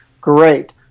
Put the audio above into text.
great